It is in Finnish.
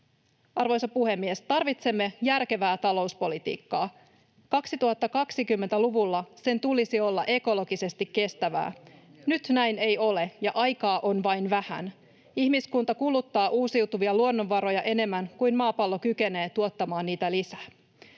Arvoisa puhemies! Tarvitsemme järkevää talouspolitiikkaa. 2020‑luvulla sen tulisi olla ekologisesti kestävää. [Toimi Kankaanniemi: Siitä olen samaa mieltä!] Nyt näin ei ole, ja aikaa on vain vähän. Ihmiskunta kuluttaa uusiutuvia luonnonvaroja enemmän kuin maapallo kykenee tuottamaan niitä lisää.